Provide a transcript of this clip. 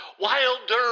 Wilder